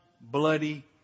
bloody